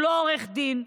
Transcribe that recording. הוא לא עורך דין.